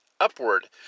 upward